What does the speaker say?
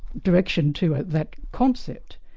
direction to that concept,